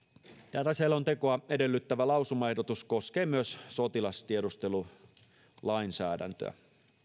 tätä selontekoa edellyttävä lausumaehdotus koskee myös sotilastiedustelulainsäädäntöä